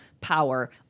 power